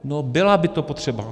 No byla by to potřeba.